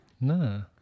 No